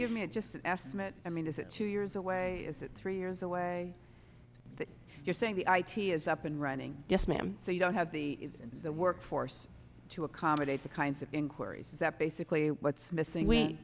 give me just ask i mean is it two years away is it three years away you're saying the i t is up and running yes ma'am so you don't have the the workforce to accommodate the kinds of inquiries that basically what's missing we